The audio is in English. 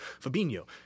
Fabinho